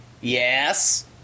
Yes